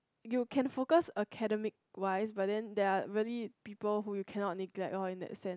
you can focus academic wise but then there are really people who you cannot neglect in that sense